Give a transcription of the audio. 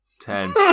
Ten